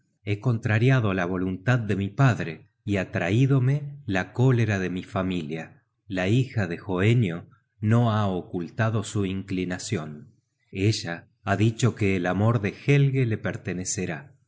he contrariado la voluntad de mi padre y atraídome la cólera de mi familia la hija de hoenio no ha ocultado su inclinacion ella ha dicho que el amor de helge la pertenecerá